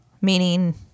meaning